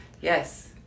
Yes